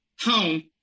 home